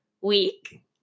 week